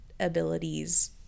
abilities